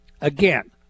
Again